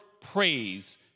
praise